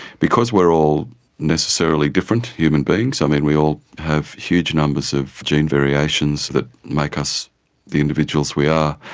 because we are all necessarily different, human beings, i mean we all have huge numbers of gene variations that make us the individuals we are,